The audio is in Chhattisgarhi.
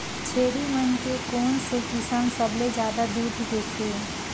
छेरी मन के कोन से किसम सबले जादा दूध देथे?